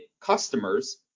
customers